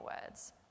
words